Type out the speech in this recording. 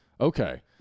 okay